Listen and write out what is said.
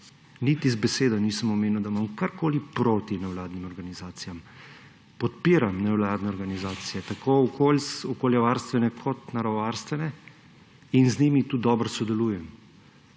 Niti z besedo nisem omenil, da imam karkoli proti nevladnim organizacijam. Podpiram nevladne organizacije, tako okoljevarstvene kot naravovarstvene, in z njimi tudi dobro sodelujem,